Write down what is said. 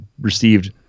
received